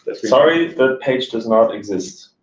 sorry, the page does not exist.